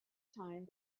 time